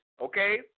okay